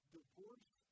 divorce